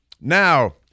Now